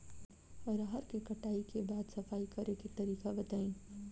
रहर के कटाई के बाद सफाई करेके तरीका बताइ?